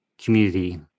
community